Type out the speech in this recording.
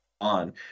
on